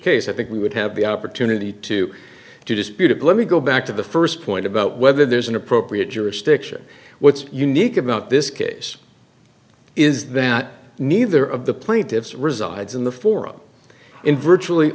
case i think we would have the opportunity to do disputed let me go back to the first point about whether there's an appropriate jurisdiction what's unique about this case is that neither of the plaintiffs resides in the forum in virtually